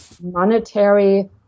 monetary